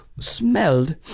smelled